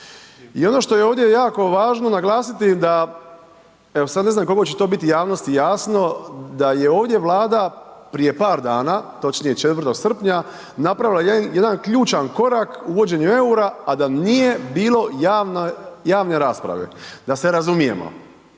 I ono što je ovdje jako važno naglasiti da, evo sad ne znam koliko će to biti javnosti jasno da je ovdje Vlada prije par dana, točnije 4. srpnja, napravila jedan ključan korak u uvođenju eura a da nije bilo javne rasprave, da se razumijemo,